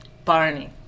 Barney